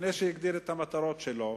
לפני שהגדיר את המטרות שלו,